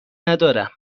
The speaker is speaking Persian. ندارم